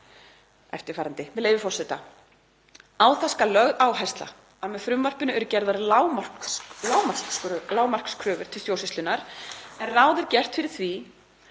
eftirfarandi, með leyfi forseta: „Á það skal lögð áhersla að með frumvarpinu eru gerðar lágmarkskröfur til stjórnsýslunnar, en ráð er fyrir því